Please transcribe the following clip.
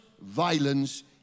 violence